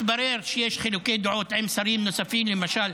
התברר שיש חילוקי דעות עם שרים נוספים, למשל